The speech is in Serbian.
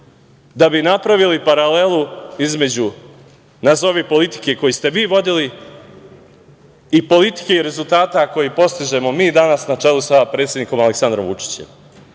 da bi napravili paralelu između nazovi politike koju ste vi vodili i politike i rezultata koje postižemo mi danas na čelu sa predsednikom Aleksandrom Vučićem. Šta